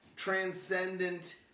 transcendent